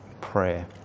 prayer